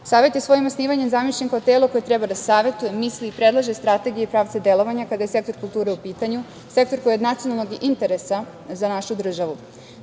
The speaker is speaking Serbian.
je svojim osnivanjem zamišljen kao telo koje treba da savetuje, misli i predlaže strategije i pravce delovanja kada je sektor kulture u pitanju, sektor koji je od nacionalnog interesa za našu državu.S